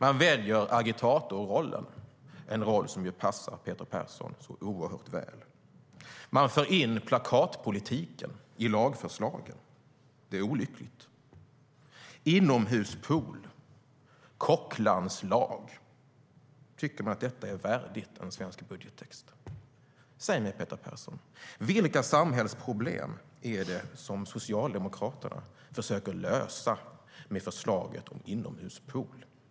Man väljer agitatorrollen, en roll som passar Peter Persson oerhört väl. Man för in plakatpolitiken i lagförslagen. Det är olyckligt. Inomhuspool, kocklandslag - tycker man att detta är värdigt en svensk budgettext? Säg mig, Peter Persson, vilka samhällsproblem är det som Socialdemokraterna försöker lösa med förslaget om inomhuspool?